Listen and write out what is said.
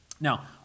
Now